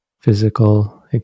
physical